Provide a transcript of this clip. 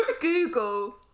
Google